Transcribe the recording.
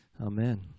Amen